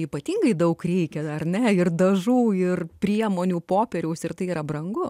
ypatingai daug reikia ar ne ir dažų ir priemonių popieriaus ir tai yra brangu